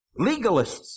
Legalists